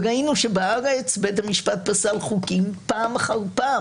ראינו שבארץ בית המשפט פסל חוקים פעם אחר פעם